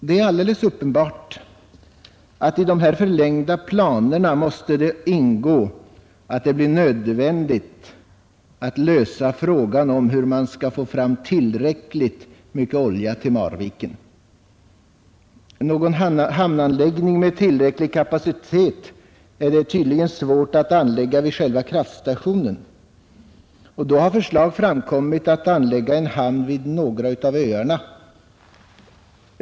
Det är alldeles uppenbart att i de här förlängda planerna måste det ingå att lösa frågan hur man skall få fram tillräckligt mycket olja till Marviken. En hamn med tillräcklig kapacitet är det tydligen svårt att anlägga vid själva kraftstationen, och då har förslag framkommit att anlägga en hamn vid någon av öarna utanför.